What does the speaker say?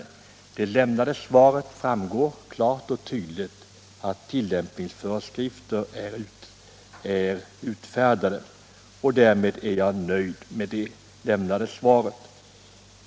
Av det lämnade svaret framgår klart och tydligt att tillämpningsföreskrifter är utfärdade. Därmed är jag nöjd.